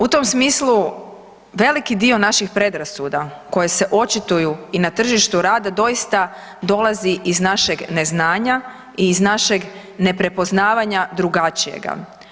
U tom smislu veliki dio naših predrasuda koje se očituju i na tržištu rada doista dolazi iz našeg neznanja i iz našeg neprepoznavanja drugačijega.